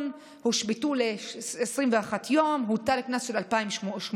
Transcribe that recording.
והושבתו ל-21 יום והוטל קנס של 2,800 שקל,